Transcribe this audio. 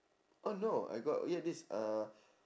oh no I got hear this uh